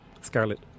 Scarlet